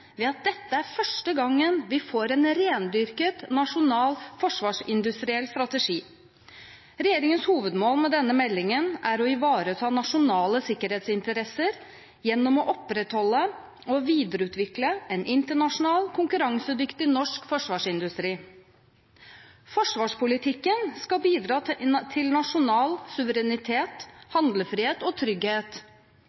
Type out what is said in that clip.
ved at dette er første gangen vi får en rendyrket nasjonal forsvarsindustriell strategi. Regjeringens hovedmål med denne meldingen er å ivareta nasjonale sikkerhetsinteresser gjennom å opprettholde og videreutvikle en internasjonal, konkurransedyktig norsk forsvarsindustri. Forsvarspolitikken skal bidra til nasjonal suverenitet,